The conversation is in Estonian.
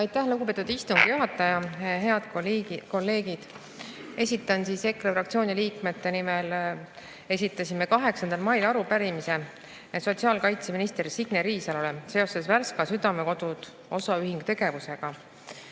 Aitäh, lugupeetud istungi juhataja! Head kolleegid! Esitasime EKRE fraktsiooni liikmete nimel 8. mail arupärimise sotsiaalkaitseminister Signe Riisalole seoses Värska Südamekodu osaühingu tegevusega.13.